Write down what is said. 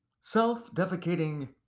Self-defecating